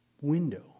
window